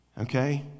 okay